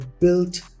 built